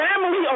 family